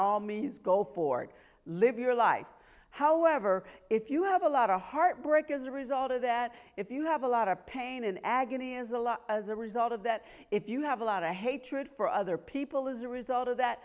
all means go for it live your life however if you have a lot of heartbreak as a result of that if you have a lot of pain and agony as a lot as a result of that if you have a lot i hated for other people as a result of that